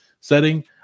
setting